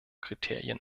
kriterien